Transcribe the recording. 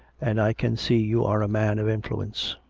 and i can see you are a man of influence.